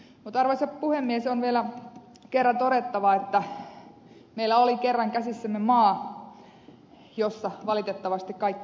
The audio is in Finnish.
mutta arvoisa puhemies on vielä kerran todettava että meillä oli kerran käsissämme maa jossa valitettavasti kaikki oli kaupan